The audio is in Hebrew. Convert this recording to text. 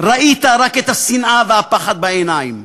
ראית רק את השנאה והפחד בעיניים.